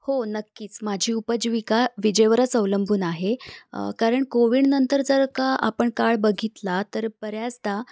हो नक्कीच माझी उपजीविका विजेवरच अवलंबून आहे कारण कोविडनंतर जर का आपण काळ बघितला तर बऱ्याचदा